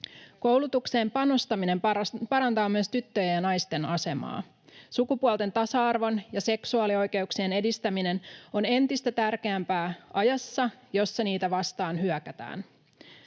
Koulutukseen panostaminen parantaa myös tyttöjen ja naisten asemaa. Sukupuolten tasa-arvon ja seksuaalioikeuksien edistäminen on entistä tärkeämpää ajassa, jossa niitä vastaan hyökätään.